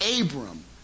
Abram